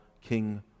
king